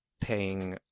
paying